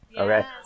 Okay